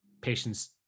patients